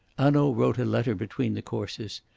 hanaud wrote a letter between the courses.